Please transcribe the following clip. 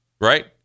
right